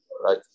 right